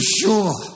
sure